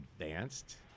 advanced